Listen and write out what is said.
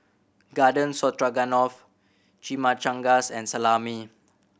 Garden Stroganoff Chimichangas and Salami